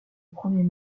premier